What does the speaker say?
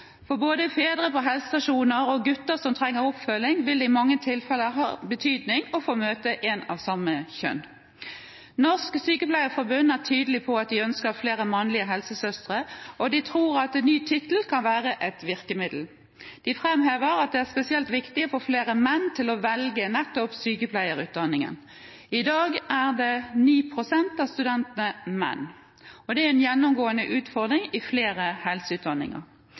For både fedre på helsestasjonene og gutter som trenger oppfølging, vil det i mange tilfeller ha betydning å få møte en av samme kjønn. Norsk sykepleierforbund er tydelig på at de ønsker flere mannlige helsesøstre, og de tror at en ny tittel kan være et virkemiddel. De framhever at det er spesielt viktig å få flere menn til å velge nettopp sykepleierutdanningen. I dag er bare 9 pst. av studentene menn, og det er en gjennomgående utfordring i flere helseutdanninger.